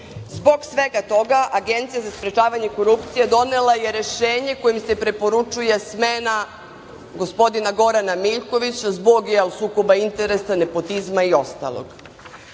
svega toga Agencija za sprečavanje korupcije donela je rešenje kojim se preporučuje smena gospodina Gorana Miljkovića zbog sukoba interesa, nepotizma i ostalog. Gle